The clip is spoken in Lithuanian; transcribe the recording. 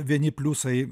vieni pliusai